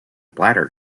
bladder